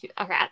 okay